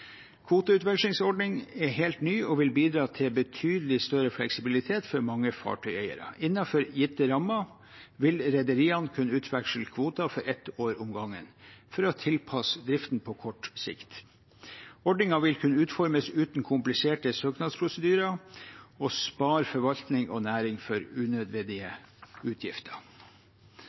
er helt ny og vil bidra til betydelig større fleksibilitet for mange fartøyeiere: Innenfor gitte rammer vil rederiene kunne utveksle kvoter for ett år om gangen, for å tilpasse driften på kort sikt. Ordningen vil kunne utformes uten kompliserte søknadsprosedyrer og spare forvaltning og næring for unødvendige utgifter.